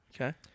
Okay